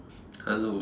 hello